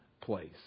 place